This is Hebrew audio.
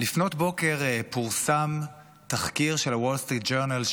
לפנות בוקר פורסם תחקיר של הוול סטריט ג'ורנל,